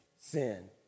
sin